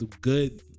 good